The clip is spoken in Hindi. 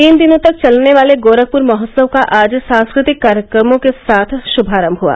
तीन दिनों तक चलने वाले गोरखपुर महोत्सव का आज सांस्कृतिक कार्यक्रमों के साथ शुभारंभ हुआ